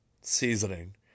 seasoning